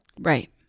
Right